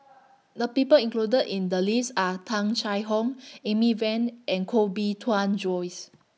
The People included in The list Are Tung Chye Hong Amy Van and Koh Bee Tuan Joyce